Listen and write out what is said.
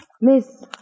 Miss